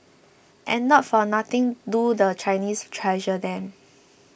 and not for nothing do the Chinese treasure them